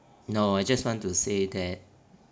no I just want to say that